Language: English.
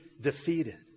defeated